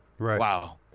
Wow